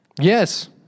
Yes